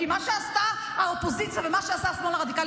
כי מה שעשתה האופוזיציה ומה שעשה השמאל הרדיקלי